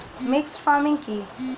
Mixed farming কি?